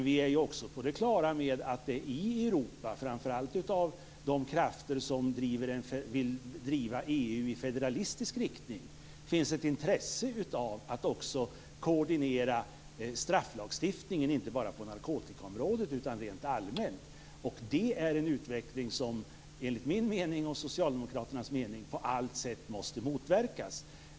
Vi är på det klara med att det i Europa, framför allt bland de krafter som vill driva EU i federalistisk riktning, finns ett intresse av att också koordinera strafflagstiftningen och då inte bara på narkotikaområdet utan också rent allmänt. Det är en utveckling som enligt min och Socialdemokraternas mening på alla sätt måste motverkas.